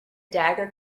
dagger